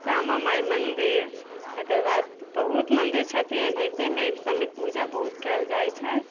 श्यामा माइ मन्दिर ओकर बाद बहुत मन्दिर छथिन ओनाहितेमे अइ सभमे पूजा बहुत कयल जाइत छै